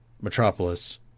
Metropolis